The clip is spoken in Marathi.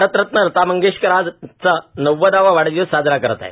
भारतरत्न लता मंगेशकर आज नव्वदावा वाढदिवस साजरा करत आहेत